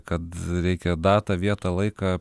kad reikia datą vietą laiką